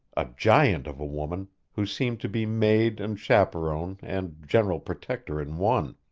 a giant of a woman who seemed to be maid and chaperon and general protector in one.